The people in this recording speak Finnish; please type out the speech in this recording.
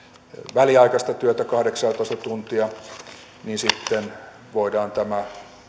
väliaikaista työtä kahdeksaatoista tuntia sitten voidaan tämä